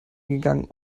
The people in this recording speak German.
gegangen